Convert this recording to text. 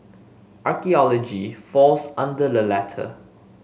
archaeology falls under the latter